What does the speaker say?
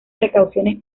precauciones